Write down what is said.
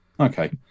okay